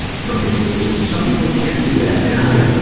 from his music? some people can't do that. and i,